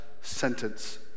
sentence